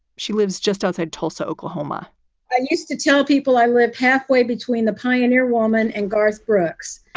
she lives just outside tulsa, oklahoma i used to tell people i live halfway between the pioneer woman and garth brooks,